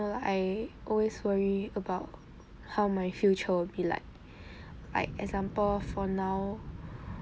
know I always worry about how my future will be like like example for now